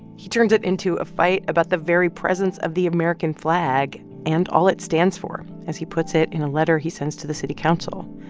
he turned it into a fight about the very presence of the american flag and all it stands for, as he puts it in a letter he sends to the city council.